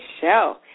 Show